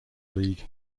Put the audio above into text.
league